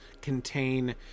contain